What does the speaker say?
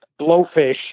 blowfish